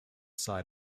side